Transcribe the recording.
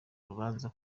urubanza